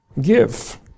Give